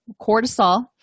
cortisol